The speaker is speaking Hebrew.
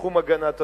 בתחום הגנת הסביבה,